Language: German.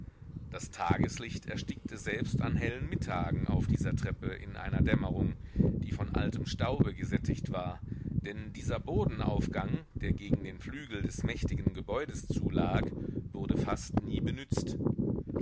das tageslicht erstickte selbst an hellen mittagen auf dieser treppe in einer dämmerung die von altem staube gesättigt war denn dieser bodenaufgang der gegen den flügel des mächtigen gebäudes zu lag wurde fast nie benützt